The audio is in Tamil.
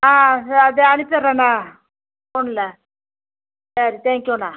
ஆ செ இதோ அனுப்பிடுறேண்ணா ஃபோனில் சரி தேங்க்யூண்ணா